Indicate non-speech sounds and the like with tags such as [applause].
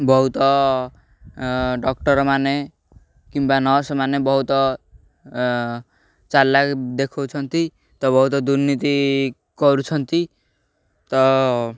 ବହୁତ ଡକ୍ଟର ମାନେ କିମ୍ବା ନର୍ସ ମାନେ ବହୁତ [unintelligible] ଦେଖାଉଛନ୍ତି ତ ବହୁତ ଦୁର୍ନୀତି କରୁଛନ୍ତି ତ